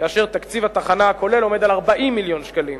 כאשר תקציב התחנה הכולל עומד על 40 מיליון שקלים.